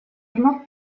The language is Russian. вновь